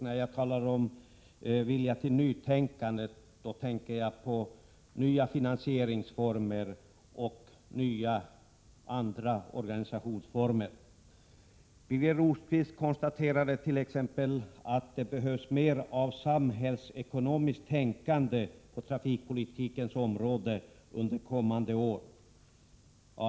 När jag talar om vilja till nytänkande syftar jag på nya finansieringsformer och andra organisationsformer. Birger Rosqvist konstaterade t.ex. att det behövs mer av samhällsekonomiskt tänkande inom trafikpolitiken under kommande år.